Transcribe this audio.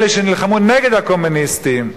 אלה שנלחמו נגד הקומוניסטים,